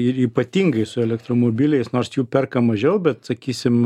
ir ypatingai su elektromobiliais nors jų perka mažiau bet sakysim